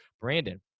Brandon